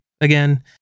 Again